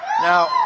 Now